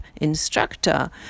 instructor